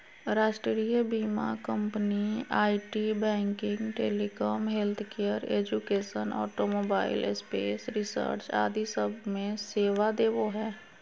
राष्ट्रीय बीमा company IT, banking, telecom, healthcare, education, automobile, space research आदि सब मे सेवा देवो हय